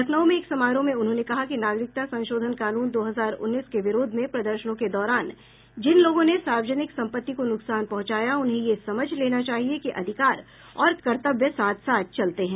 लखनऊ में एक समारोह में उन्होंने कहा कि नागरिकता संशोधन कानून दो हजार उन्नीस के विरोध में प्रदर्शनों के दौरान जिन लोगों ने सार्वजनिक संपत्ति को नुकसान पहुंचाया उन्हें यह समझ लेना चाहिए कि अधिकार और कर्तव्य साथ साथ चलते हैं